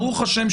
ברוך השם,